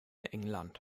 england